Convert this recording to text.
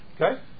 okay